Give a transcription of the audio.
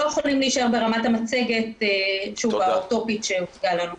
יכולים להשאר ברמת המצגת האוטופית שהוצגה לנו.